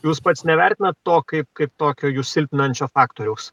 jūs pats nevertinat to kaip kaip tokio jus silpninančio faktoriaus